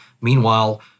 Meanwhile